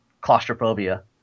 claustrophobia